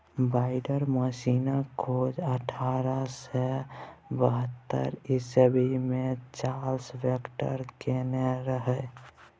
binder मशीनक खोज अठारह सय बहत्तर इस्बी मे चार्ल्स बाक्सटर केने रहय